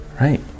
Right